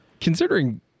considering